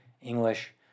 English